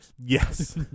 Yes